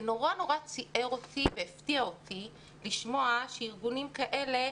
זה נורא ציער אותי והפתיע אותי לשמוע שארגונים כאלה,